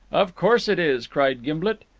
of course it is, cried gimblet.